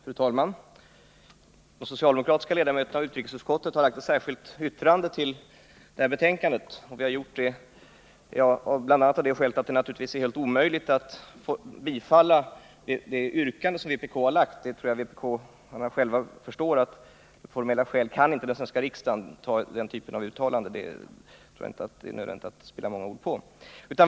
Fru talman! De socialdemokratiska ledamöterna i utrikesutskottet har fogat ett särskilt yttrande till detta betänkande. Vi har gjort det av bl.a. det skälet att det är helt omöjligt för oss att tillstyrka det yrkande som vpk har framlagt. Jag tror att vpk-arna själva förstår att den svenska riksdagen av formella skäl inte kan anta den typen av uttalanden. Därför behöver jag inte spilla många ord på den saken.